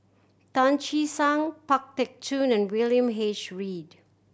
Tan Che Sang Pang Teck Joon and William H Read